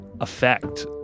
effect